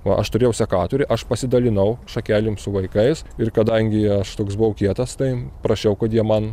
o aš turėjau sekatorį aš pasidalinau šakelėm su vaikais ir kadangi aš toks buvau kietas tai prašiau kad jie man